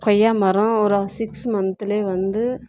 கொய்யா மரம் ஒரு சிக்ஸ் மன்த்துலே வந்து